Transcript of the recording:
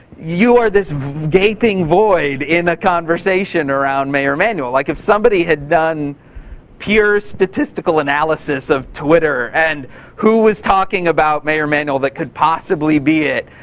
you are this gaping void in a conversation around mayor emanuel. like if somebody had done pure, statistical analysis of twitter and who was taking about mayor emanuel that could possibly be it.